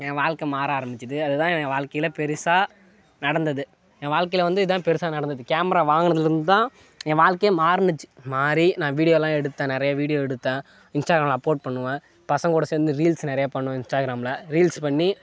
என் வாழ்க்கை மாற ஆரம்பித்தது அதுதான் என் வாழ்க்கையில் பெருசாக நடந்துது என் வாழ்க்கையில் வந்து இதான் பெருசாக நடந்தது கேமரா வாங்குனதுலேருந்துதான் என் வாழ்க்கையே மாறுச்சி இது மாதிரி நான் வீடியோலாம் எடுத்தேன் நிறையா எடுத்தேன் இன்ஸ்டாகிராமில் அப்லோட் பண்ணுவேன் பசங்கள் கூட சேர்ந்து ரீல்ஸ் நிறையா பண்ணுவேன் இன்ஸ்டாகிராமில் ரீல்ஸ் பண்ணி